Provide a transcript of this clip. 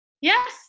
Yes